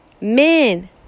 Men